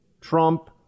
Trump